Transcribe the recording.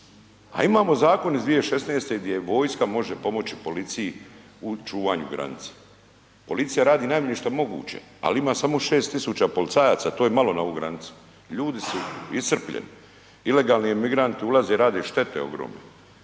A imamo zakon iz 2016. gdje vojska može pomoći policiji u čuvanju granica, policija radi najmanje što je moguće, ali ima samo 6.000 policajaca to je malo na ovu granicu. Ljudi su iscrpljeni, ilegalni migranti ulaze i rade štete ogromne